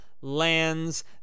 lands